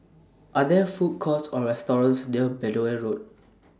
Are There Food Courts Or restaurants near Benoi Road